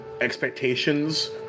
expectations